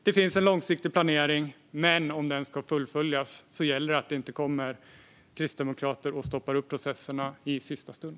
Det finns alltså en långsiktig planering, men om den ska fullföljas gäller det att det inte kommer kristdemokrater och stoppar upp processerna i sista stund.